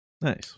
Nice